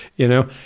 you know?